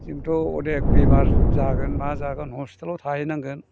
जोंथ' अनेक बेमार जागोन मा जागोन हस्पितालआव थाहैनांगोन